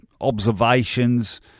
Observations